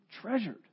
treasured